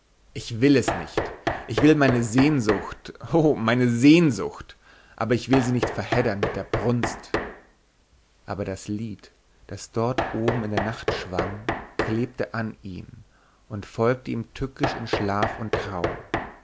ich will es nicht ich will meine sehnsucht hoho meine sehnsucht aber ich will sie nicht verheddern mit der brunst aber das lied das dort oben in der nacht schwamm klebte an ihm und folgte ihm tückisch in schlaf und traum